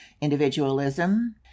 individualism